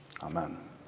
Amen